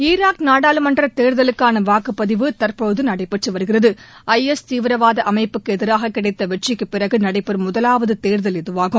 Iraq நாடாளுமன்றத் தேர்தலுக்கான வாக்குப்பதிவு தற்போது நடைபெற்று வருகிறது ஐ எஸ் தீவிரவாத அமைப்புக்கு எதிராக கிடைத் வெற்றிக்குப் பிறகு நடைபெறும் முதலாவதுதோ்தல் இதுவாகும்